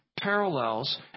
parallels